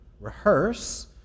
rehearse